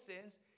sins